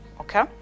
Okay